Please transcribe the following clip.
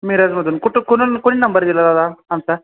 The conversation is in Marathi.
मीरजमधून कुठ कोण कोणी नंबर दिला दादा आमचा